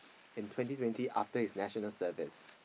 in twenty twenty after his National-Service